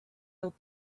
out